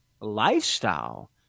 lifestyle